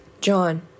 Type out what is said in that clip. John